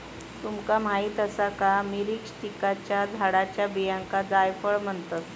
तुमका माहीत आसा का, मिरीस्टिकाच्या झाडाच्या बियांका जायफळ म्हणतत?